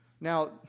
Now